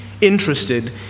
interested